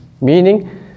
Meaning